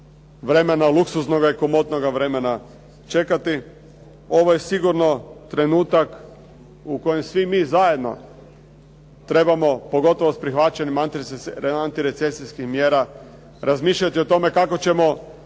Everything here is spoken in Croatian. vremena luksuznoga i komotnoga vremena čekati. Ovo je sigurno trenutak u kojem svi mi zajedno trebamo pogotovo s prihvaćenim antirecesijskim mjerama, razmišljati o tome kako ćemo